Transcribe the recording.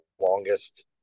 longest